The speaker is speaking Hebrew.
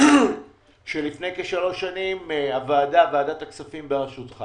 שלפני כשלוש שנים ועדת הכספים בראשותך